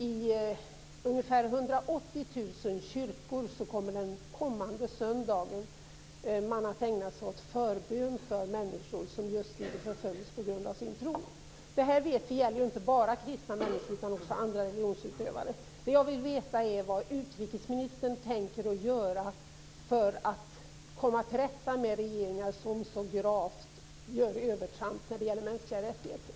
I ungefär 180 000 kyrkor kommer man kommande söndag att ägna sig åt förbön för människor som just förföljs på grund av sin tro. Vi vet att detta inte bara gäller kristna människor, utan också andra religionsutövare. Det jag vill veta är vad utrikesministern tänker göra för att komma till rätta med regeringar som så gravt gör övertramp när det gäller mänskliga rättigheter.